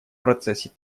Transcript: процессе